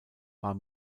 war